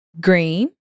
Green